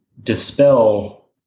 dispel